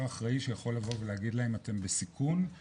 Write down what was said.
אחראי שיכול לבוא ולהגיד להם אתם בסיכון,